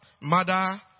mother